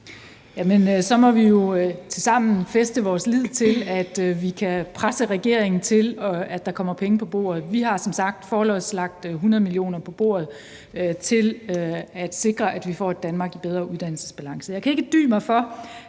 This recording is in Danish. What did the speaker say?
så må vi jo tilsammen fæste vores lid til, at vi kan presse regeringen til, at der kommer penge på bordet. Vi har som sagt forlods lagt 100 mio. kr. på bordet til at sikre, at vi får et Danmark i bedre uddannelsesbalance. Jeg kan ikke dy mig for